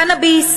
קנאביס